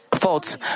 faults